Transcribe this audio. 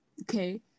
okay